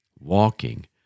walking